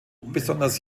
besonders